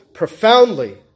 profoundly